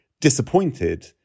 disappointed